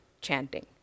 chanting